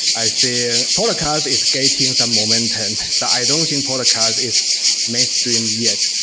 i think podcast is creating some momentum. but i don't think podcast is mainstream yet.